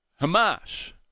Hamas